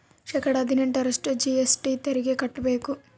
ಶೇಕಡಾ ಹದಿನೆಂಟರಷ್ಟು ಜಿ.ಎಸ್.ಟಿ ತೆರಿಗೆ ಕಟ್ಟ್ಬೇಕು